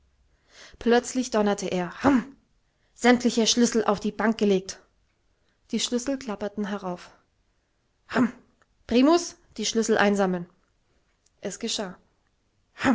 plötzlich donnerte er rhm sämtliche schlüssel auf die bank gelegt die schlüssel klapperten herauf rhm primus die schlüssel einsammeln es geschah